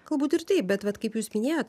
galbūt ir taip bet vat kaip jūs minėjot